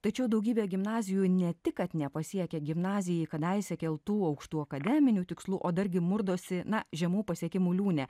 tačiau daugybė gimnazijų ne tik kad nepasiekia gimnazijai kadaise keltų aukštų akademinių tikslų o dargi murdosi na žemų pasiekimų liūne